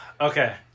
Okay